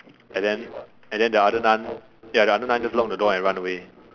and then and then the other nun ya the other nun just lock the door and run away